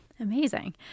Amazing